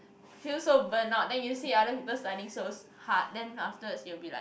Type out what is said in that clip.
feels so burnt out then you see other people studying so so hard then afterwards you'll be like